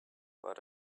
but